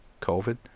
COVID